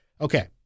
okay